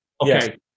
Okay